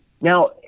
Now